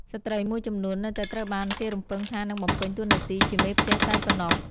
ស្ត្រីមួយចំនួននៅតែត្រូវបានគេរំពឹងថានឹងបំពេញតួនាទីជាមេផ្ទះតែប៉ុណ្ណោះ។